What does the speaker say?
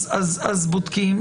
אז בודקים,